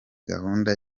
gahunda